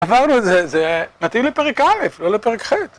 עברנו את זה, זה מתאים לפרק א', לא לפרק ח'.